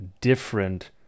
different